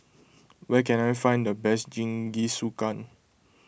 where can I find the best Jingisukan